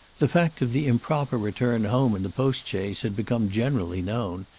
the fact of the improper return home in the postchaise had become generally known,